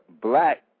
black